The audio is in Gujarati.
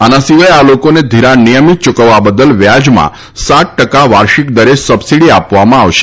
આના સિવાય આ લોકોને ધિરાણ નિયમિત યૂકવવા બદલ વ્યાજમાં સાત ટકા વાર્ષિક દરે સબસીડી આપવામાં આવશે